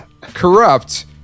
Corrupt